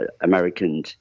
American